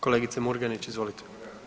Kolegice Murganić, izvolite.